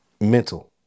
Mental